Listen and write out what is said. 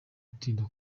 atinda